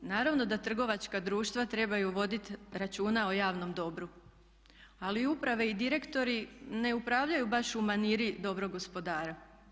Naravno da trgovačka društva trebaju voditi računa o javnom dobru, ali uprave i direktori ne upravljaju baš u maniri dobrog gospodara.